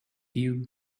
you